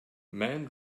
men